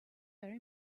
very